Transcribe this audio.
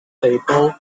stable